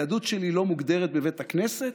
היהדות שלי לא מוגדרת בבית הכנסת,